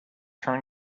turn